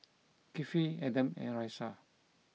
Kifli Adam and Raisya